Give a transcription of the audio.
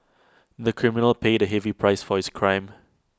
the criminal paid A heavy price for his crime